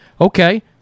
Okay